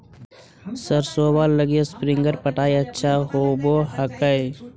सरसोबा लगी स्प्रिंगर पटाय अच्छा होबै हकैय?